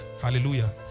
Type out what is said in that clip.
Hallelujah